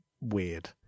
weird